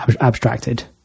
abstracted